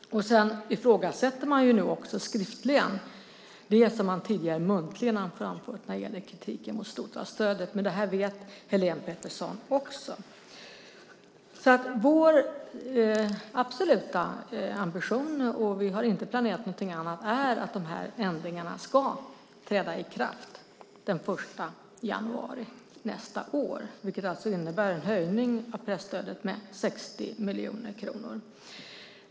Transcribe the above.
Man ifrågasätter nu också skriftligen det man tidigare muntligen har framfört när det gäller kritiken mot storstadsstödet. Men det här vet Helene Petersson också. Vår absoluta ambition, och vi har inte planerat något annat, är att dessa ändringar ska träda i kraft den 1 januari nästa år, vilket alltså innebär en höjning av presstödet med 60 miljoner kronor.